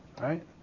Right